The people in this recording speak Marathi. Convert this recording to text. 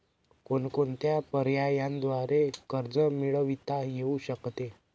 कोणकोणत्या पर्यायांद्वारे कर्ज मिळविता येऊ शकते?